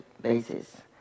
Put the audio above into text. basis